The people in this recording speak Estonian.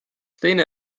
teine